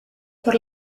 por